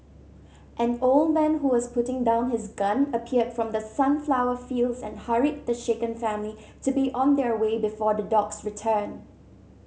an old man who was putting down his gun appeared from the sunflower fields and hurried the shaken family to be on their way before the dogs return